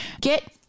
get